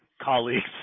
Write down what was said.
colleagues